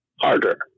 harder